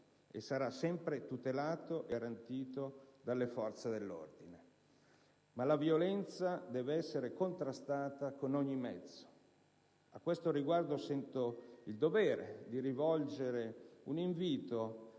e sarà sempre tutelato e garantito dalle forze dell'ordine. Ma la violenza deve essere contrastata con ogni mezzo. A questo riguardo sento il dovere di rivolgere un invito